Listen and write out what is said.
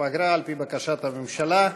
הודעה למזכירת הכנסת.